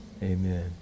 Amen